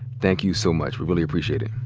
thank you so much. we really appreciate it.